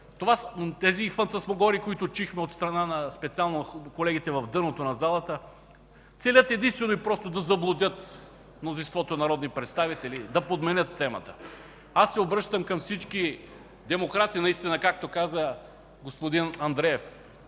Тези фантасмагории, които чухме от страна специално на колегите от дъното в залата, целят единствено и просто да заблудят мнозинството народни представители, да подменят темата. Обръщам се към всички демократи наистина, както каза господин Андреев.